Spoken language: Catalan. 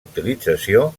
utilització